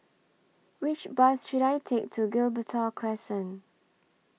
Which Bus should I Take to Gibraltar Crescent